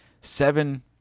seven